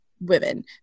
women